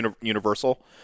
universal